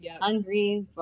hungry